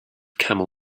camel